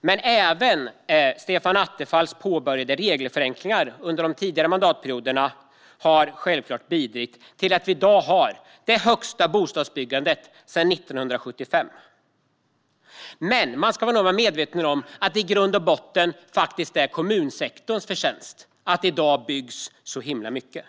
men även Stefan Attefalls påbörjade regelförenklingar under de tidigare mandatperioderna har självklart bidragit till att vi i dag har den högsta takten i bostadsbyggandet sedan 1975. Men man ska vara medveten om att i grund och botten är det faktiskt kommunsektorns förtjänst att det i dag byggs så mycket.